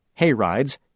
hayrides